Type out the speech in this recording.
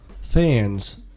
fans